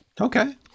okay